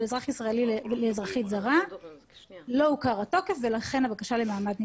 אזרח ישראלי לאזרחית זרה לא הוכר התוקף ולכן הבקשה למעמד נדחתה.